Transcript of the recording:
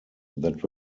that